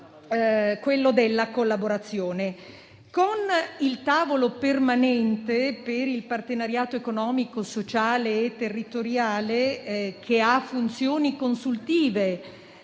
aspetto è la collaborazione: con il tavolo permanente per il partenariato economico, sociale e territoriale che ha funzioni consultive